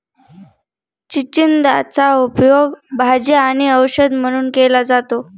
चिचिंदाचा उपयोग भाजी आणि औषध म्हणून केला जातो